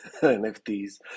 nfts